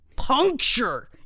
Puncture